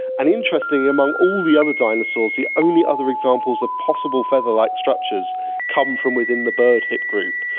and interestingly, among all the other dinosaurs, the only other examples of possible feather-like structures come from within the bird-hipped group,